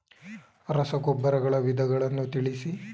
ರಸಗೊಬ್ಬರಗಳ ವಿಧಗಳನ್ನು ತಿಳಿಸಿ?